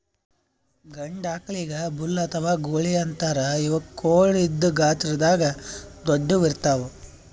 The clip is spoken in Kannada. ಗಂಡ ಆಕಳಿಗ್ ಬುಲ್ ಅಥವಾ ಗೂಳಿ ಅಂತಾರ್ ಇವಕ್ಕ್ ಖೋಡ್ ಇದ್ದ್ ಗಾತ್ರದಾಗ್ ದೊಡ್ಡುವ್ ಇರ್ತವ್